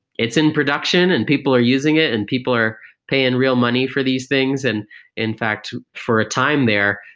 it's in production and people are using it and people are paying real money for these things. and in fact, for a time there,